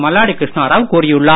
மல்லாடி கிருஷ்ணராவ் கூறியுள்ளார்